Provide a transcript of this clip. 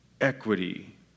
equity